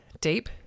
deep